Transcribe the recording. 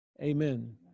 amen